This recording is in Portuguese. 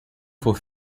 for